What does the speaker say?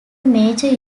major